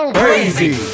crazy